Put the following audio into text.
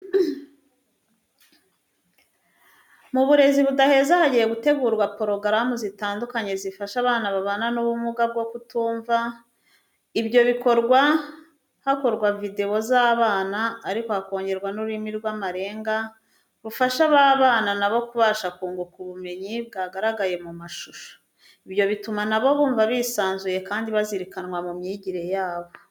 Mu burezi budaheza, hagiye hategurwa porogaramu zitandukanye zifasha abana babana n'ubumuga bwo kutumva. Ibyo bikorwa hakorwa videwo z'abana ariko hakongerwa n'ururimi rw'amarenga, rufasha babana nabo kubasha kunguka ubumenyi bwagaragaye mu mashusho. Ibyo bituma nabo bumva bisanzuye kandi bazirikanwa mu myigire yabo.